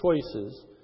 choices